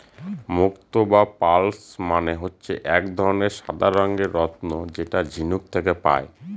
মুক্ত বা পার্লস মানে হচ্ছে এক ধরনের সাদা রঙের রত্ন যেটা ঝিনুক থেকে পায়